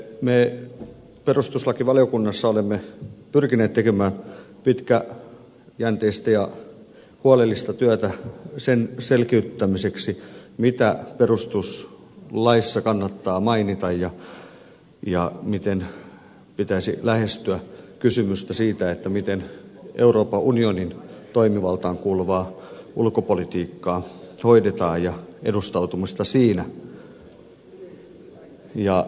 me perustuslakivaliokunnassa olemme pyrkineet tekemään pitkäjänteistä ja huolellista työtä sen selkiyttämiseksi mitä perustuslaissa kannattaa mainita ja miten pitäisi lähestyä kysymystä siitä miten euroopan unionin toimivaltaan kuuluvaa ulkopolitiikkaa hoidetaan ja edustautumista siinä